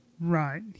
Right